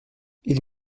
ils